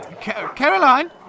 Caroline